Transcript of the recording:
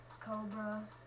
Cobra